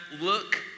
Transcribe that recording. Look